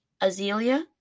azalea